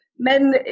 Men